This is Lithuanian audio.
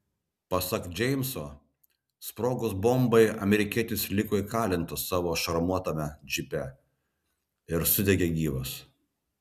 pasak džeimso sprogus bombai amerikietis liko įkalintas savo šarvuotame džipe ir sudegė gyvas